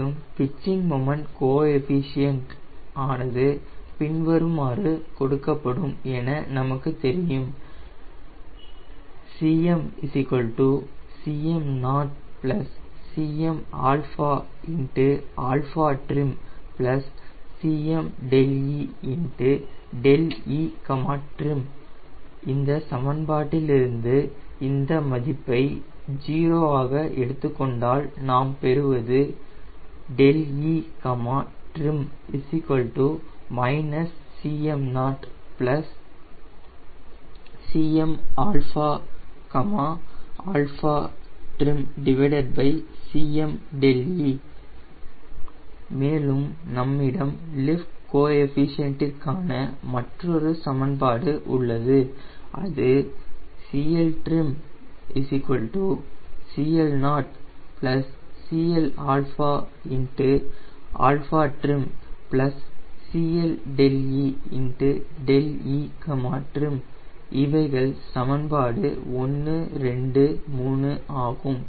மேலும் pitching moment coefficient ஆனது பின்வருமாறு கொடுக்கப்படும் என நமக்கு தெரியும் Cm Cm0 Cmtrim Cme 𝛿etrim இந்த சமன்பாட்டில் இருந்து இந்த மதிப்பை 0 ஆக எடுத்துக் கொண்டால் நாம் பெறுவது 𝛿etrim Cm0 CmtrimCme மேலும் நம்மிடம் லிஃப்ட் கோ எஃபிஷியன்டிற்கான மற்றொரு சமன்பாடு உள்ளது அது CLtrim CL0 CLtrim CLe 𝛿etrim இவைகள் சமன்பாடு 1 2 3 ஆகும்